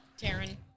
Taryn